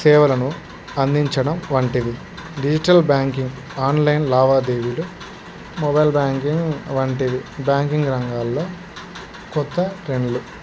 సేవలను అందించడం వంటివి డిజిటల్ బ్యాంకింగ్ ఆన్లైన్ లావాదేవీలు మొబైల్ బ్యాంకింగ్ వంటిది బ్యాంకింగ్ రంగాల్లో కొత్త ట్రెండ్లు